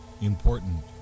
important